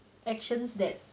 actions that